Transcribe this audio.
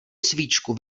svíčku